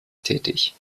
tätig